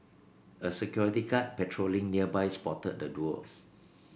a security guard patrolling nearby spotted the duo